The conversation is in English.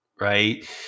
right